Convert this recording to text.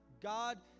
God